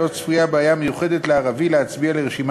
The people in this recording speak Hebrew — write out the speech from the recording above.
לא צפויה בעיה מיוחדת לערבי להצביע לרשימה